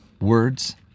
words